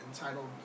entitled